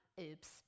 Oops